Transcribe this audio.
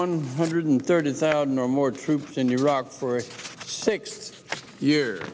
one hundred thirty thousand or more troops in iraq for six years